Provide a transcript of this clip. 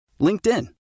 LinkedIn